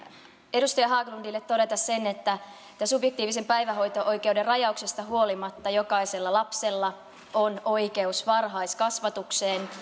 edustaja haglundille todeta sen että että subjektiivisen päivähoito oikeuden rajauksesta huolimatta jokaisella lapsella on oikeus varhaiskasvatukseen